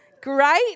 Great